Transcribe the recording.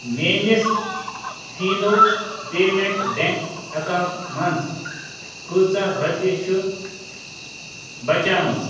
میٛٲنِس فیٖنو payment bank account منٛز کۭژاہ رۄپیہِ چھِ بچیمٕژ